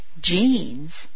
genes